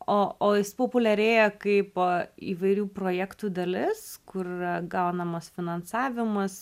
o o jis populiarėja kaip įvairių projektų dalis kur yra gaunamas finansavimas